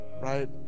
right